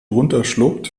runterschluckt